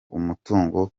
umutungo